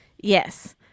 Yes